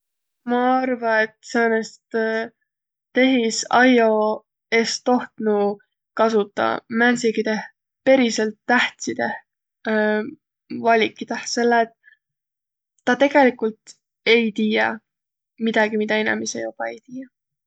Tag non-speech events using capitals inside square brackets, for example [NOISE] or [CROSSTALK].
Ma arva, et säänest [HESITATION] tehisajjo es tohtnu kasutaq määntsigideh periselt tähtsideh [HESITATION] valikideh. Selle et tä tegeligult ei tiiäq midägi, midä inemiseq joba ei tiiäq.